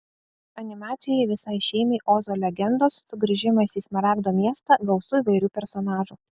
animacijoje visai šeimai ozo legendos sugrįžimas į smaragdo miestą gausu įvairių personažų